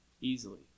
easily